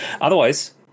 Otherwise